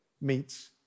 meets